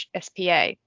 SPA